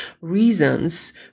reasons